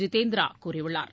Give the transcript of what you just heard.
ஜிதேந்திரா கூறியுள்ளார்